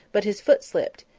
but his foot slipped,